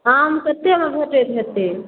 आम कतेमे भेटैत हेतै